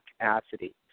capacity